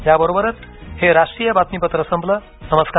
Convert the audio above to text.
याबरोबरच हे राष्ट्रीय बातमीपत्र संपलं नमस्कार